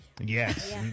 Yes